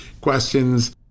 questions